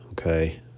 Okay